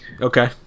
Okay